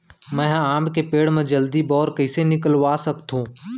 मैं ह आम के पेड़ मा जलदी बौर कइसे निकलवा सकथो?